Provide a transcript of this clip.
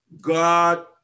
God